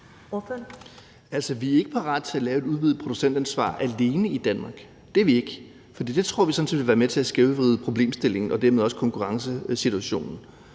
Vi er ikke parate til at lave et udvidet producentansvar alene i Danmark. Det er vi ikke, for det tror vi sådan set ville være med til at skævvride problemstillingen og dermed også konkurrencesituationen.